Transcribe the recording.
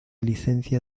licencia